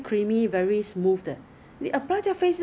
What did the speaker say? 说不上好也说不上不好